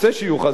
חס וחלילה,